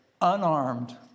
unarmed